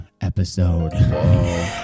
episode